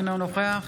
אינו נוכח